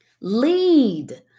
lead